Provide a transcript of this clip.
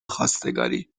خواستگاری